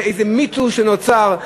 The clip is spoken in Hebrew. זה איזה מיתוס שנוצר,